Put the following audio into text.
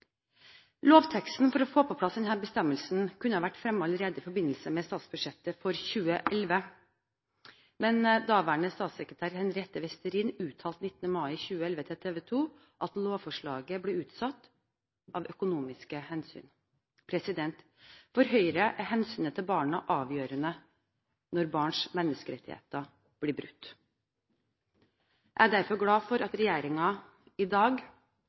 Lovteksten for å få på plass denne bestemmelsen kunne vært fremmet allerede i forbindelse med statsbudsjettet for 2011, men daværende statssekretær Henriette Westhrin uttalte 19. mai 2011 til TV 2 at lovforslaget ble utsatt av økonomiske hensyn. For Høyre er hensynet til barna avgjørende når barns menneskerettigheter blir brutt. Jeg er derfor glad for at regjeringen i dag